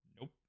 Nope